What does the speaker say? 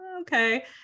okay